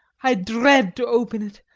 i dread to open it!